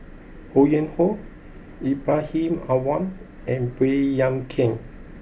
Ho Yuen Hoe Ibrahim Awang and Baey Yam Keng